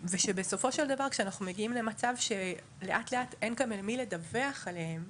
ושבסופו של דבר כשאנחנו מגיעים למצב שלאט לאט אין גם אל מי לדווח עליהן,